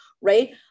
right